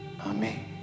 Amen